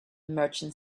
merchant